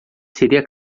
seria